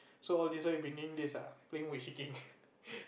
so all this while you have been doing this playing with chicken